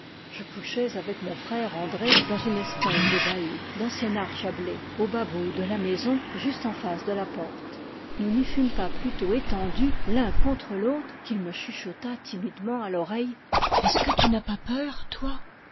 je couchais avec mon frère andré dans une espèce de bahut d'ancienne arche à blé au bas bout de la maison juste en face de la porte nous n'y fûmes pas plus tôt étendus l'un contre l'autre qu'il me chuchota timidement à l'oreille est-ce que tu n'as pas peur toi